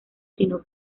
sino